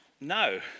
No